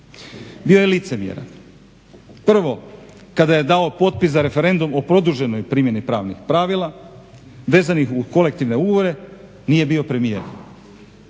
Bio je licemjeran, prvo kada je dao potpis za referendum o produženoj primjeni pravnih pravila vezanih uz kolektivne ugovore nije bio premijer,